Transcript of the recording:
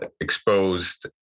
exposed